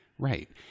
Right